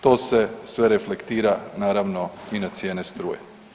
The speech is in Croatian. To se sve reflektira naravno i na cijene struje.